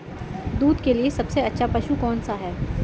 दूध के लिए सबसे अच्छा पशु कौनसा है?